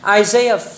isaiah